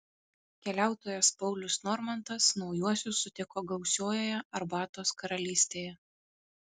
keliautojas paulius normantas naujuosius sutiko gausiojoje arbatos karalystėje